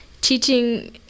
teaching